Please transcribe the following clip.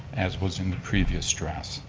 as was in previous drafts.